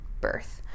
birth